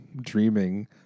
dreaming